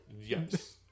Yes